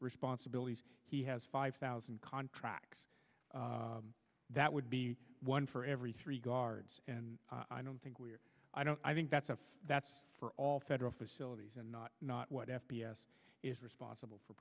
responsibilities he has five thousand contracts that would be one for every three guards and i don't think we're i don't i think that's a that's for all federal facilities and not not what f p s is responsible for